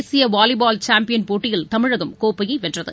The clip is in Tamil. தேசிய வாலிபால் சேம்பியன் போட்டியில் தமிழகம் கோப்பையை வென்றது